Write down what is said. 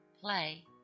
play